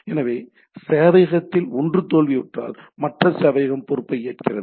எனவே சேவையகத்தில் ஒன்று தோல்வியுற்றால் மற்ற சேவையகம் பொறுப்பை ஏற்றுக்கொள்கிறது